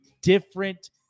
different